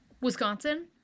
Wisconsin